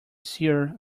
seer